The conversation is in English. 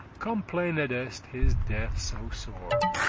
complainedest his death so sore,